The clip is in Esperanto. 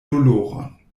doloron